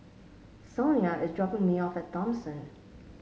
Sonia is dropping me off at Thomson